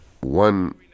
One